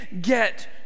get